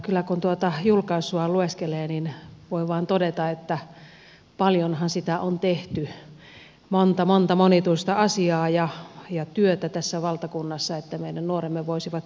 kyllä kun tuota julkaisua lueskelee voi vain todeta että paljonhan sitä on tehty monta monta monituista asiaa ja työtä tässä valtakunnassa että meidän nuoremme voisivat hyvin